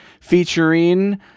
featuring